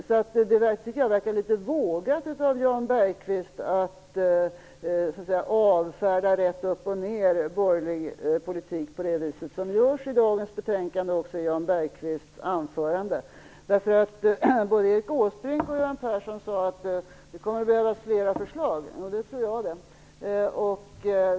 Jag tycker att det verkar litet vågat av Jan Bergqvist att rätt upp och ned avfärda borgerlig politik på det sätt som görs i dagens betänkande och även i Jan Bergqvists anförande. Både Erik Åsbrink och Göran Persson sade nämligen att det kommer att behövas flera förslag. Det tror jag det.